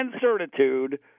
certitude